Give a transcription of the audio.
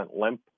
limp